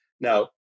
Now